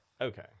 Okay